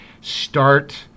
Start